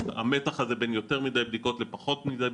המתח הזה בין יותר מדי בדיקות לפחות מדי בדיקות,